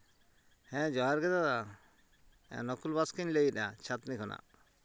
ᱦᱮᱸ ᱡᱚᱦᱟᱨ ᱜᱮ ᱫᱟᱫᱟ ᱱᱚᱠᱩᱞ ᱵᱟᱥᱠᱮᱧ ᱞᱟᱹᱭᱮᱫᱼᱟ ᱪᱷᱟᱛᱱᱤ ᱠᱷᱚᱱᱟᱜ